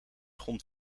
grond